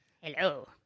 Hello